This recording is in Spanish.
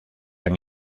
han